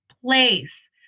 place